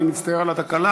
אני מצטער על התקלה.